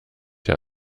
hier